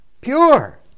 pure